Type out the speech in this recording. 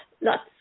lots